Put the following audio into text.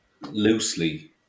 loosely